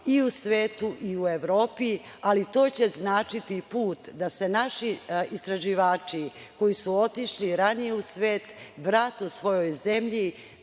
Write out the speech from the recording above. i u svetu i u Evropi, ali to će značiti i put da se naši istraživači koji su otišli ranije u svet vrate u svoju zemlju